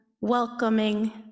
welcoming